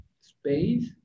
space